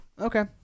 okay